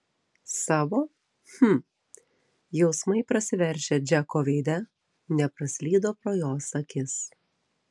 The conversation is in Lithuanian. savo hm jausmai prasiveržę džeko veide nepraslydo pro jos akis